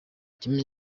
kimenyi